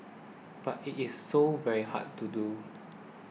but it is so very hard to do